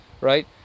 right